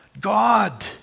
God